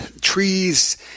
trees